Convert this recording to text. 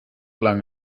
lang